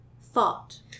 thought